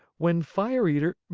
when fire eater.